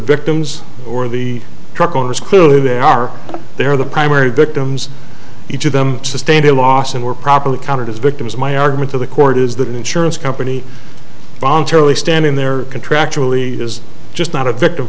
victims or the truck owners clearly they are they were the primary victims each of them sustained a loss and were properly counted as victims my argument to the court is that an insurance company voluntarily standing there contractually is just not a victim